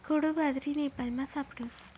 कोडो बाजरी नेपालमा सापडस